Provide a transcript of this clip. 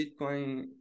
Bitcoin